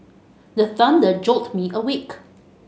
the thunder jolt me awake